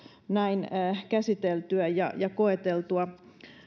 näin käsiteltyä ja ja koeteltua